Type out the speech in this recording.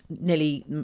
nearly